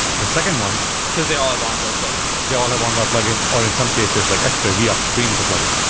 the second one because they all have envoy plugins. they all have envoy plugins, or in some cases, like x-ray. we upstream the plugin.